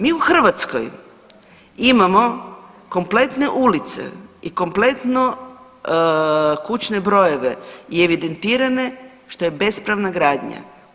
Mi u Hrvatskoj imamo kompletne ulice i kompletno kućne brojeve i evidentirane što je bespravna gradnja.